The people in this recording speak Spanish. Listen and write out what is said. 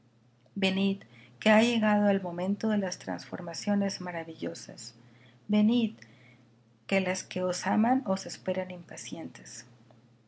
venid que ha llegado el momento de las transformaciones maravillosas venid que las que os aman os esperan impacientes